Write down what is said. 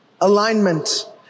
Alignment